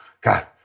God